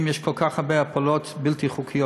שיש בהם כל כך הרבה הפלות בלתי חוקיות,